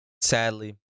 Sadly